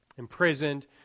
imprisoned